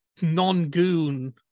non-goon